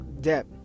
debt